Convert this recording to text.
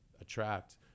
attract